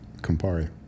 Campari